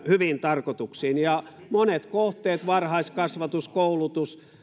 hyviin tarkoituksiin ja monet kohteet varhaiskasvatus koulutus